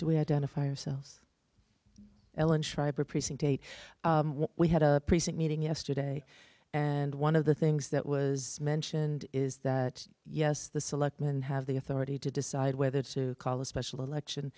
do we identify ourselves ellen schreiber precinct eight we had a precinct meeting yesterday and one of the things that was mentioned is that yes the selectmen have the authority to decide whether to call a special election